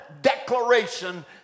declaration